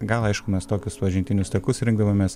gal aišku mes tokius pažintinius takus rinkdavomės